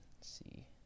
see